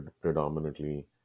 predominantly